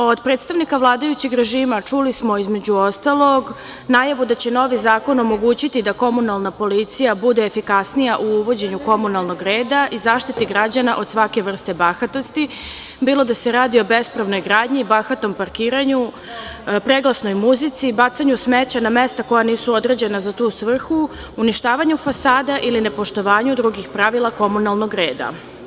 Od predstavnika vladajućeg režima čuli smo između ostalog najavu da će novi zakon omogućiti da komunalan policija bude efikasnija u uvođenju komunalnog reda i zaštite građana od svake vrste bahatosti bilo da se radi o bespravnoj gradnji, bahatom parkiranju, preglasnoj muzici i bacanju smeća na mesta koja nisu određena za tu svrhu, uništavanju fasada ili nepoštovanju drugih pravila komunalnog reda.